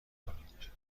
کنید